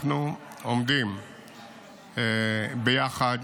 אנחנו עומדים ביחד